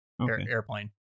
airplane